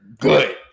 good